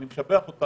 ואני משבח אותה,